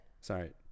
Sorry